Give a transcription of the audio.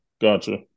gotcha